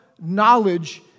knowledge